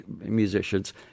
musicians